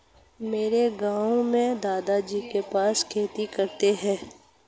मेरे गांव में दादाजी कपास की खेती करते हैं